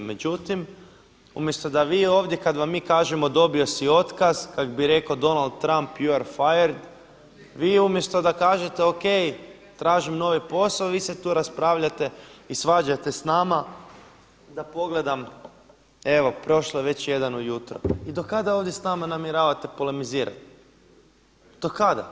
Međutim, umjesto da vi ovdje kada vam mi kažemo dobio si otkaz kak bi rekao Donald Trump … /Govornik govori engleski./ … vi umjesto da kažete o.k. tražim novi posao, vi se tu raspravljate i svađate s nama, da pogledam, evo prošle je već jedan ujutro i do kada ovdje s nama namjeravate polemizirati, do kada?